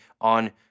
on